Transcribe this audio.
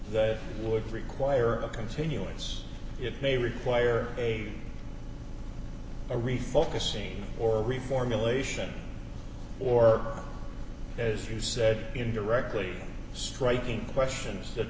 that would require a continuance it may require a a refocusing or reformulation or as you said indirectly striking questions that